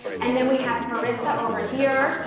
and then we have harissa over here,